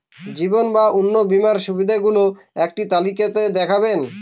জীবন বা অন্ন বীমার সুবিধে গুলো একটি তালিকা তে দেখাবেন?